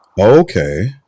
Okay